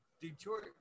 Detroit